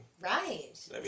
Right